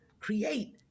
create